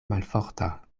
malforta